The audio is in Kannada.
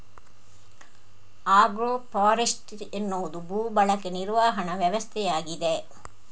ಆಗ್ರೋ ಫಾರೆಸ್ಟ್ರಿ ಎನ್ನುವುದು ಭೂ ಬಳಕೆ ನಿರ್ವಹಣಾ ವ್ಯವಸ್ಥೆಯಾಗಿದೆ